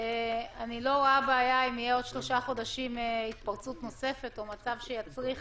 אני לא רואה בעיה אם תהיה עוד שלושה חודשים התפרצות נוספת או מצב שיצריך